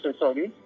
sorry